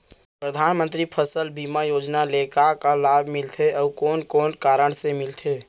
परधानमंतरी फसल बीमा योजना ले का का लाभ मिलथे अऊ कोन कोन कारण से मिलथे?